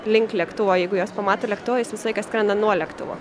link lėktuvo jeigu jos pamato lėktuvą jos visą laiką skrenda nuo lėktuvo